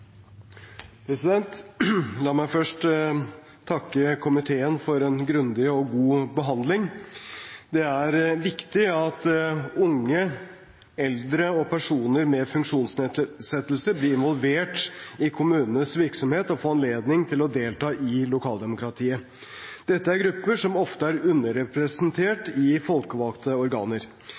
viktig at unge, eldre og personer med funksjonsnedsettelse blir involvert i kommunenes virksomhet og får anledning til å delta i lokaldemokratiet. Dette er grupper som ofte er underrepresentert i folkevalgte organer.